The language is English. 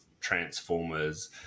transformers